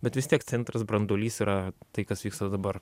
bet vis tiek centras branduolys yra tai kas vuskta dabar